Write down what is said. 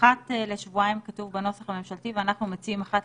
אחת לשבוע, על